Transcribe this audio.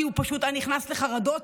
כי הוא פשוט היה נכנס לחרדות,